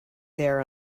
there